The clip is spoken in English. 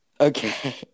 Okay